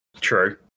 True